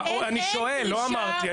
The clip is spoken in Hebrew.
אני שואל, לא אמרתי.